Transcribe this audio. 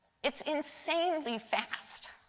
it is insanely fast.